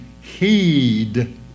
heed